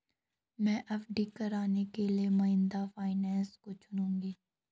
मैं एफ.डी कराने के लिए महिंद्रा फाइनेंस को चुनूंगी